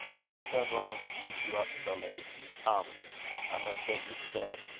i have done wrong to keep you up so late. come i must get you to bed.